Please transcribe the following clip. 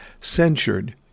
censured